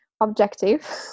objective